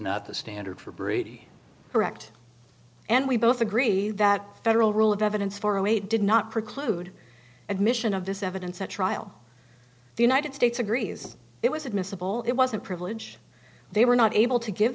not the standard for brady correct and we both agree that federal rule of evidence far away did not preclude admission of this evidence at trial the united states agrees it was admissible it wasn't privilege they were not able to give